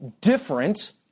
different